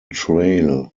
trail